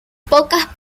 pocas